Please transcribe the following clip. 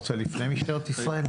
לפני הכול,